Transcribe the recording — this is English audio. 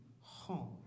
home